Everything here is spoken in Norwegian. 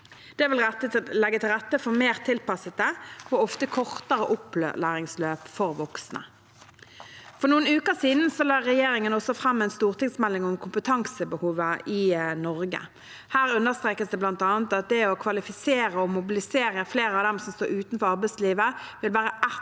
Det vil legge til rette for mer tilpassede og ofte kortere opplæringsløp for voksne. For noen uker siden la regjeringen også fram en stortingsmelding om kompetansebehovet i Norge. Her understrekes det bl.a. at det å kvalifisere og mobilisere flere av dem som står utenfor arbeidslivet, vil være ett